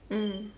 mm